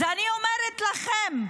אז אני אומרת לכם,